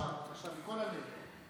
עכשיו מכל הלב.